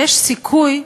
שיש סיכוי,